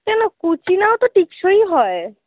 কেন কুচিনাও তো টেকসই হয়